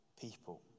people